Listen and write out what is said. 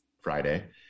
Friday